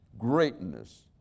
greatness